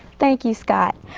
thank you, scott.